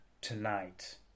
tonight